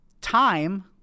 time